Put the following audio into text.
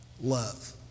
Love